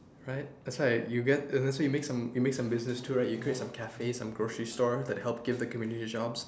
right that's why you get so let's say you make some you make some business too right you create some cafes some grocery store that help give the community jobs